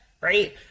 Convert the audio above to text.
right